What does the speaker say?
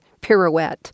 pirouette